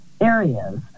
areas